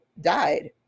died